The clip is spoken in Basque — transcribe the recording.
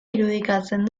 irudikatzen